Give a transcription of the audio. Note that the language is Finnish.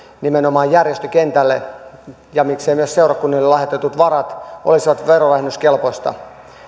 nimenomaan järjestökentälle ja miksei myös seurakunnille lahjoitetut varat olisivat verovähennyskelpoisia